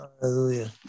Hallelujah